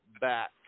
back